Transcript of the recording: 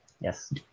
Yes